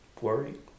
worried